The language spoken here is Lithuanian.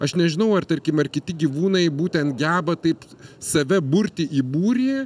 aš nežinau ar tarkim ar kiti gyvūnai būtent geba taip save burti į būrį